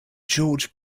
george